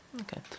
Okay